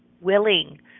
willing